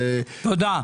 תודה.